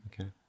Okay